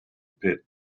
pit